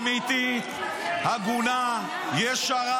אמיתית, הגונה, ישרה,